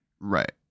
right